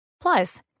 Plus